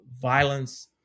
violence